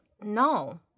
no